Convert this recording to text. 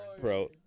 Bro